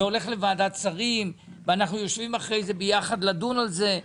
גם זה הולך לוועדת שרים ואנחנו יושבים אחרי זה ביחד כדי לדון על זה.